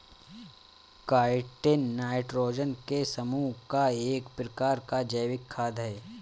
chitin nitrogen के समूह का एक प्रकार का जैविक खाद है